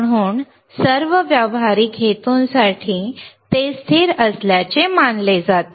म्हणून सर्व व्यावहारिक हेतूंसाठी ते स्थिर असल्याचे मानले जाते